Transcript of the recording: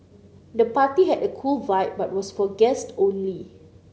the party had a cool vibe but was for guest only